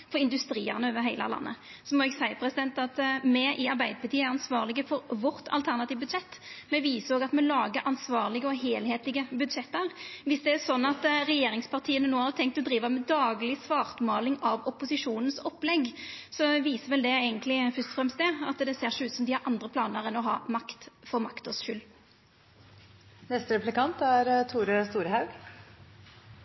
for industrien over heile landet. Så må eg seia at me i Arbeidarpartiet er ansvarlege for vårt alternative budsjett. Me viser òg at me lagar ansvarlege og heilskaplege budsjett. Dersom regjeringspartia no har tenkt å driva med dagleg svartmaling av opposisjonens opplegg, viser vel det først og fremst at det ser ikkje ut til at dei har andre planar enn å ha makt for maktas skuld. Eg synest det er